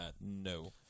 No